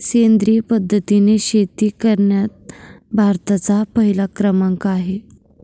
सेंद्रिय पद्धतीने शेती करण्यात भारताचा पहिला क्रमांक आहे